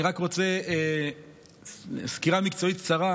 אני רק רוצה סקירה מקצועית קצרה,